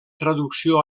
traducció